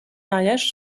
mariages